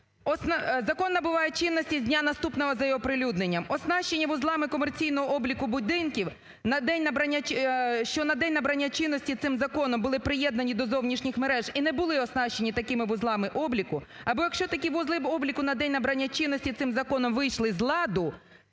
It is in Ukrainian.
Закон набуває чинності з дня наступного за його оприлюдненням, оснащені вузлами комерційного обліку будинків, що на день набрання чинності цим законом були приєднані до зовнішніх мереж і не були оснащені такими вузлами обліку або якщо такі вузли обліку на день набрання чинності цим законом вийшли з ладу,